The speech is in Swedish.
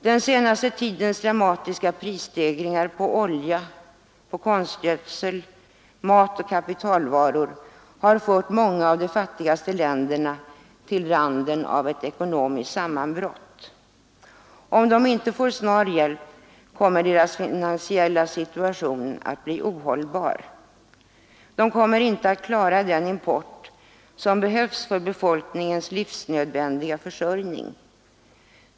Den senaste tidens dramatiska prisstegringar på olja, konstgödsel, mat och kapitalvaror har fört många av de fattiga länderna till randen av ett ekonomiskt sammanbrott. Om de inte får snar hjälp kommer deras finansiella situation att bli ohållbar. De kommer inte att klara den import som behövs för befolkningens livsnödvändiga försörjning.